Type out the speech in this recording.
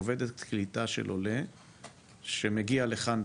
עובדת קליטה של עולה שמגיע לכאן,